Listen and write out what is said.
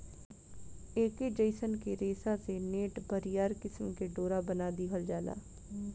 ऐके जयसन के रेशा से नेट, बरियार किसिम के डोरा बना दिहल जाला